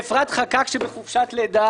וגם לאפרת חקק שנמצאת עכשיו בחופשת לידה.